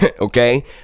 Okay